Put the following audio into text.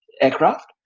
Aircraft